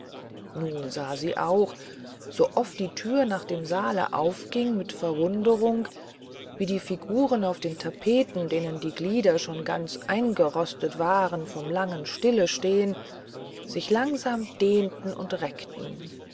nun sah sie auch sooft die tür nach dem saale aufging mit verwunderung wie die figuren auf den tapeten denen die glieder schon ganz eingerostet waren von dem langen stillstehen sich langsam dehnten und reckten